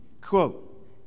Quote